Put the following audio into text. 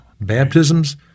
Baptisms